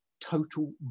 Total